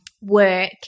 work